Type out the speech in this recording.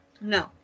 No